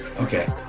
Okay